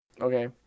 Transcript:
Okay